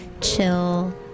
chill